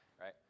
right